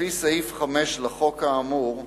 לפי סעיף 5 לחוק האמור,